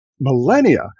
millennia